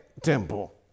temple